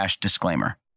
disclaimer